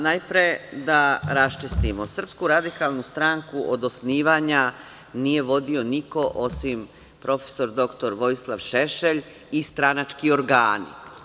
Najpre, da raščistimo, Srpsku radikalnu stanku od osnivanja nije vodio niko osim prof. dr Vojislav Šešelj i stranački organi.